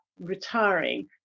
retiring